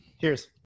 Cheers